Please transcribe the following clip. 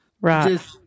right